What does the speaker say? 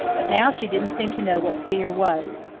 but now she didn't seem to know what fear was.